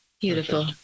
Beautiful